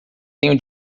tenho